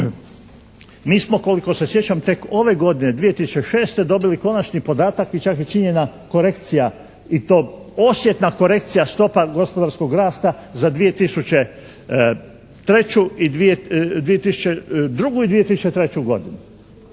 Mi smo koliko se sjećam tek ove godine 2006. dobili konačni podatak i čak je učinjena korekcija i to osjetna korekcija stopa gospodarskog rasta za 2002. i 2003. godinu.